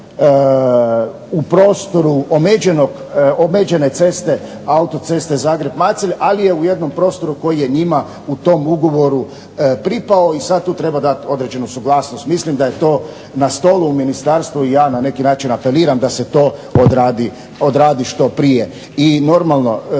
u prostoru omeđene ceste, autoceste Zagreb-Macelj, ali je u jednom prostoru koji je njima u tom ugovoru pripao i sad tu treba dati određenu suglasnost. Mislim da je to na stolu u ministarstvu i ja na neki način apeliram da se to odradi što prije. I normalno,